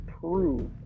prove